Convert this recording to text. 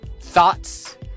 thoughts